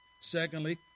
Secondly